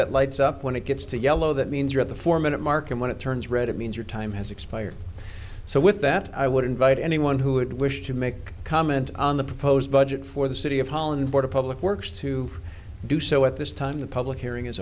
that lights up when it gets to yellow that means you're at the four minute mark and when it turns red it means your time has expired so with that i would invite anyone who would wish to make a comment on the proposed budget for the city of holland board of public works to do so at this time the public hearing is